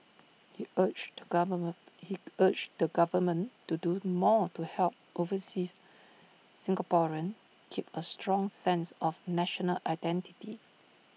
he urged the government he urged the government to do more to help overseas Singaporeans keep A strong sense of national identity